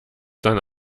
dann